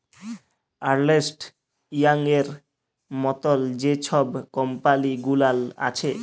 আর্লেস্ট ইয়াংয়ের মতল যে ছব কম্পালি গুলাল আছে